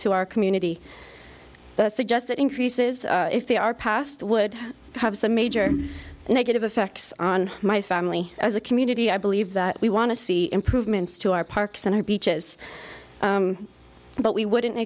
to our community that suggest that increases if they are passed would have some major negative effects on my family as a community i believe that we want to see improvements to our parks and beaches but we wouldn't